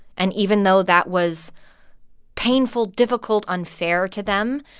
and even though that was painful, difficult, unfair to them,